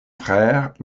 frères